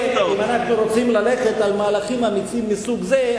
אם רוצים ללכת על מהלכים אמיצים מסוג זה,